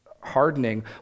hardening